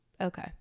okay